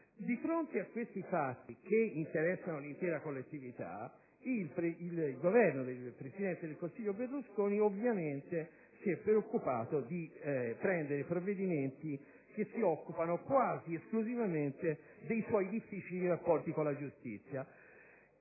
Di fronte a questi fatti, che interessano l'intera collettività, il Governo del presidente del Consiglio Berlusconi si è preoccupato ovviamente di prendere provvedimenti che si occupano quasi esclusivamente dei suoi difficili rapporti con la giustizia.